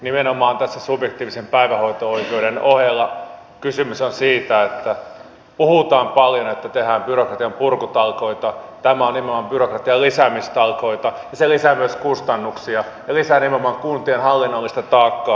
nimenomaan tässä subjektiivisen päivähoito oikeuden ohella kysymys on siitä että vaikka puhutaan paljon että tehdään byrokratian purkutalkoita tässä on kyse nimenomaan byrokratian lisäämistalkoista ja se lisää myös kustannuksia ja lisää nimenomaan kuntien hallinnollista taakkaa